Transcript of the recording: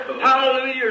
Hallelujah